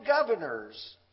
governors